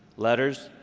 letters,